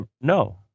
No